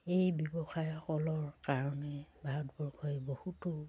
এই ব্যৱসায়সকলৰ কাৰণে ভাৰতবৰ্ষই বহুতো